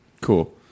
Cool